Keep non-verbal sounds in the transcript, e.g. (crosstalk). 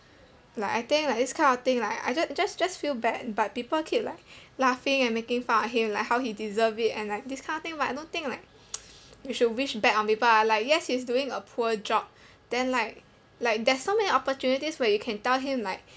like I think like this kind of thing like I ju~ just just feel bad but people keep like laughing and making fun of him like how he deserve it and like this kind of thing but I don't think like (noise) you should wish bad on people lah like yes he's doing a poor job then like like there's so many opportunities where you can tell him like